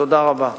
תודה רבה.